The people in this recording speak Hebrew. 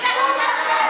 תתביישו לכם,